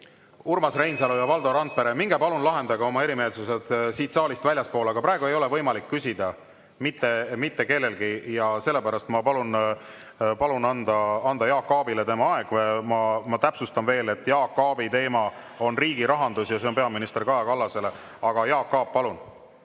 Urmas Reinsalu ja Valdo Randpere, minge palun lahendage oma erimeelsused siit saalist väljaspool. Praegu ei ole võimalik küsida mitte kellelgi. Ma palun anda Jaak Aabile tema aeg. Ma täpsustan veel, et Jaak Aabi teema on riigi rahandus ja [küsimus] on peaminister Kaja Kallasele. Jaak Aab, palun!